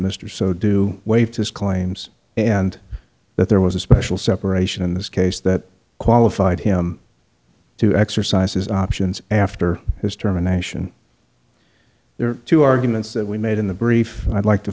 mr so do waived his claims and that there was a special separation in this case that qualified him to exercise his options after his germination there are two arguments that we made in the brief i'd like to